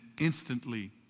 instantly